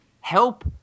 help